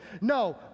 No